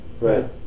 right